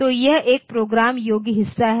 तो यह एक प्रोग्राम योग्य हिस्सा है